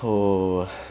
oh